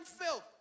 filth